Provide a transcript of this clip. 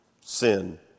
sin